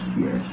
yes